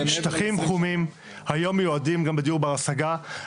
שטחים חומים היום מיועדים גם לדיור בר השגה.